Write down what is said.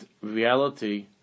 reality